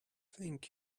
thank